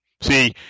See